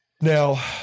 Now